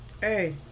hey